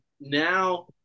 now –